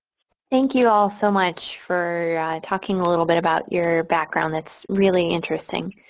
thank you all so much for talking a little bit about your background. that's really interesting.